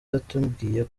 yatubwiye